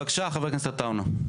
בבקשה חבר הכנסת עטאונה.